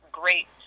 great